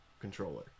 controller